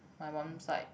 my mum side